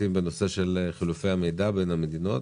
חילופי המידע בין המדינות.